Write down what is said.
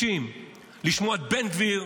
קשקושי-קשקושים לשמוע את בן גביר,